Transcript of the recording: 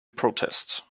protest